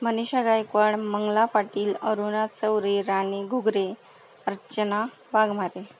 Manisha Gaikwad Mangala Patil Aruna Chaure Rani Ghughare Archana Waghmare